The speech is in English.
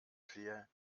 clear